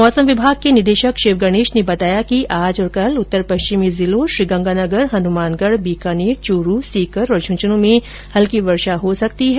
मौसम विभाग के निदेशक शिव गणेश ने बताया कि आज और कल उत्तर पश्चिमी जिलों श्रीगंगानगर हनुमानगढ बीकानेर चूरु सीकर और झुन्झुनू में हल्की वर्षा हो सकती है